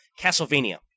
Castlevania